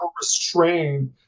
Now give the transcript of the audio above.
restrained